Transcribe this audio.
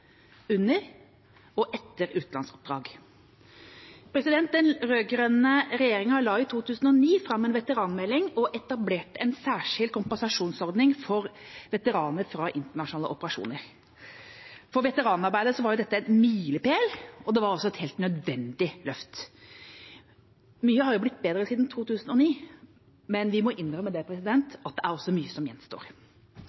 under og etter utenlandsoppdrag. Den rød-grønne regjeringa la i 2009 fram en veteranmelding og etablerte en særskilt kompensasjonsordning for veteraner fra internasjonale operasjoner. For veteranarbeidet var dette en milepæl, og det var også et helt nødvendig løft. Mye har blitt bedre siden 2009, men vi må innrømme at det